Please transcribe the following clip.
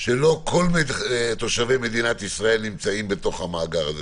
לא כל תושבי מדינת ישראל נמצאים במאגר הזה,